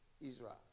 Israel